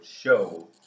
show